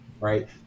right